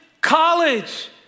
college